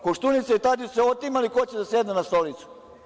Koštunica i Tadić su se otimali ko će da sedne na stolicu.